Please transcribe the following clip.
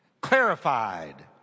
clarified